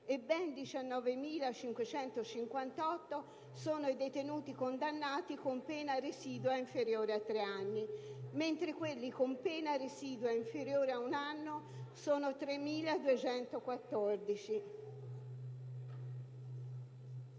e ben 19.558 sono i detenuti condannati con pena residua inferiore a tre anni, mentre quelli con pena residua inferiore a un anno sono 3.214.